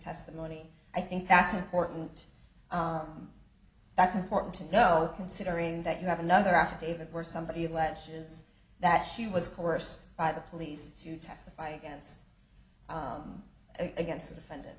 testimony i think that's important that's important to know considering that you have another affidavit where somebody alleges that she was coerced by the police to testify against against the defendant